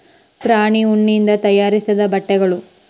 ಪ್ರಾಣಿ ಉಣ್ಣಿಯಿಂದ ತಯಾರಿಸಿದ ಬಟ್ಟೆಗಳು